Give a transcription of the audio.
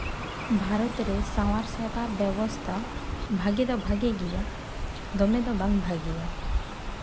ᱵᱷᱟᱨᱚᱛ ᱨᱮ ᱥᱟᱶᱟᱨ ᱥᱮᱵᱟ ᱵᱮᱵᱚᱥᱛᱷᱟ ᱵᱷᱟᱹᱜᱮ ᱫᱚ ᱵᱷᱟᱜᱮ ᱜᱮᱭᱟ ᱫᱚᱢᱮ ᱫᱚ ᱵᱟᱝ ᱵᱷᱟᱜᱮᱭᱟ